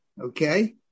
Okay